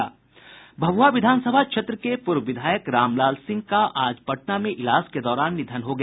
भभ्ञआ विधानसभा क्षेत्र के पूर्व विधायक रामलाल सिंह का आज पटना में इलाज के दौरान निधन हो गया